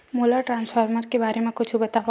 मोला ट्रान्सफर के बारे मा कुछु बतावव?